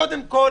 קודם כל,